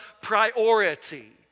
priority